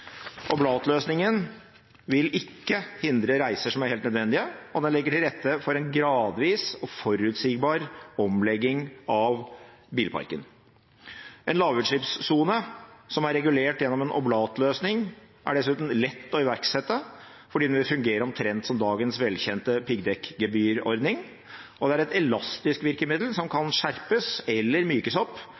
vil ikke hindre reiser som er helt nødvendige, og den legger til rette for en gradvis og forutsigbar omlegging av bilparken. En lavutslippssone som er regulert gjennom en oblatløsning, er dessuten lett å iverksette fordi den vil fungere omtrent som dagens velkjente piggdekkgebyrordning, og det er et elastisk virkemiddel som kan skjerpes eller mykes opp